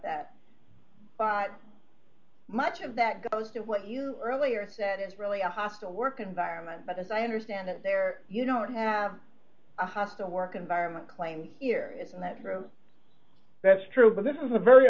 that much of that goes to what you earlier said is really a hostile work environment but as i understand it there you don't have a hostile work environment playing here isn't that true that's true but this is a very